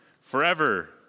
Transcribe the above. forever